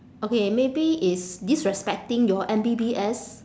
okay maybe is disrespecting your M_B_B_S